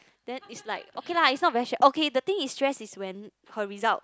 then is like okay lah is not very stress okay the thing is stress is when her result